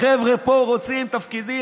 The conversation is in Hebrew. החבר'ה פה רוצים תפקידים,